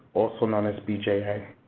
also known as bja.